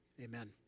Amen